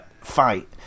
fight